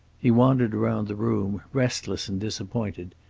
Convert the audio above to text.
he wandered around the room, restless and disappointed.